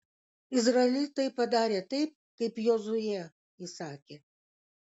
izraelitai padarė taip kaip jozuė įsakė